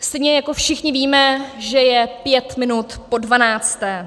Stejně jako všichni víme, že je pět minut po dvanácté.